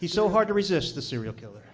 he's so hard to resist the serial killer